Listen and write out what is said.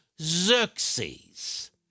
Xerxes